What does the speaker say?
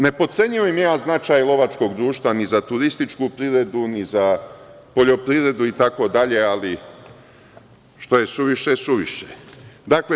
Ne potcenjujem ja značaj lovačkog društva ni za turističku privredu, ni za poljoprivredu itd, ali, što je suviše, suviše je.